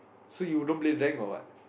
so you don't play rank or what